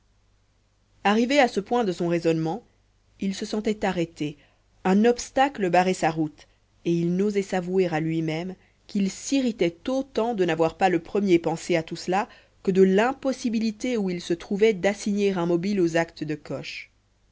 arrivé à ce point de son raisonnement il se sentait arrêté un obstacle barrait sa route et il n'osait s'avouer à lui-même qu'il s'irritait autant de n'avoir pas le premier pensé à tout cela que de l'impossibilité où il se trouvait d'assigner un mobile aux actes de coche